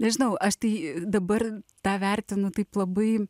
nežinau aš tai dabar tą vertinu taip labai